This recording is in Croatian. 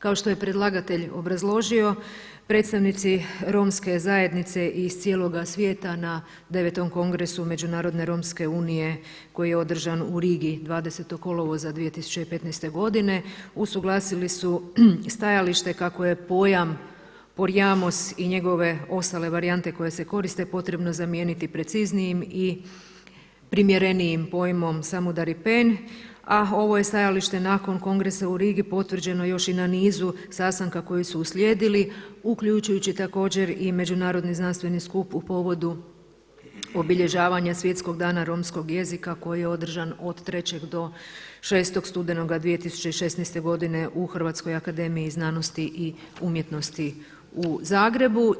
Kao što je predlagatelj obrazložio predstavnici romske zajednice iz cijeloga svijeta na 9. Kongresu međunarodne romske unije koji je održan u Rigi 20. kolovoza 2015. godine usuglasili su stajalište kako je pojam Porajmos i njegove ostale varijante koje se koriste potrebno zamijeniti preciznijim i primjerenijim pojmom Samudaripen a ovo je stajalište nakon kongresa u Rigi potvrđeno još i na nizu sastanka koji su uslijedili uključujući također i Međunarodni znanstveni skup u povodu obilježavanja Svjetskog dana romskog jezika koji je održan od 3. do 6. studenoga 2016. godine u Hrvatskoj akademiji znanosti i umjetnosti u Zagrebu.